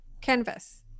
canvas